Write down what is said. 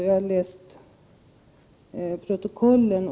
Jag har läst protokollen.